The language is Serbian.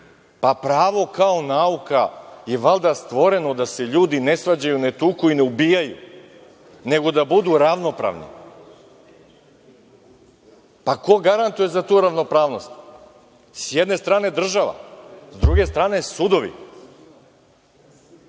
Pravo kao nauka je valjda stvoreno da se ljudi ne svađaju, ne tuku i ne ubijaju, nego da budu ravnopravni. Ko garantuje za tu ravnopravnost? S jedne strane država, s druge strane sudovi,